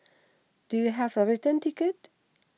do you have a return ticket